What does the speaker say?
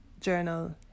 journal